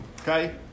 okay